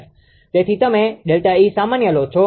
તેથી તમે ΔE સામાન્ય લો છો